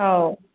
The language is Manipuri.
ꯑꯧ